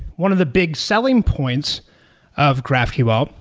one of the big selling points of graphql,